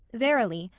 verily,